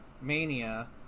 Mania